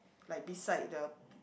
like beside the